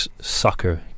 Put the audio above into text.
soccer